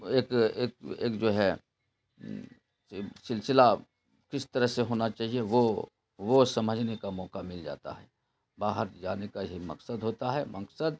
ایک ایک ایک جو ہے سلسلہ کس طرح سے ہونا چاہیے وہ وہ سمجھنے کا موقع مل جاتا ہے باہر جانے کا یہی مقصد ہوتا ہے مقصد